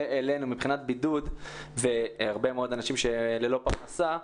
אלינו מבחינת בידוד והרבה אנשים ללא פרנסה,